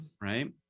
right